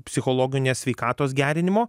psichologinės sveikatos gerinimo